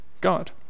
God